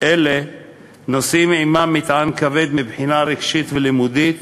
אלה נושאים עמם מטען כבד מבחינה רגשית ולימודית,